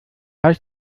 heißt